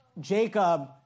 Jacob